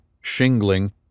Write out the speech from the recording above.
shingling